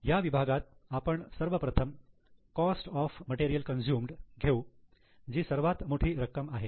या विभागात आपण सर्वप्रथम कॉस्ट ऑफ मटेरियल कंज्यूमड घेऊ जी सर्वात मोठी रक्कम आहे